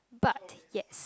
but yes